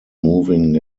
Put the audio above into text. moving